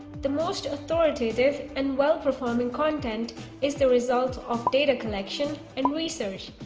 the most authoritative and well-performing content is the result of data collection and research.